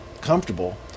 comfortable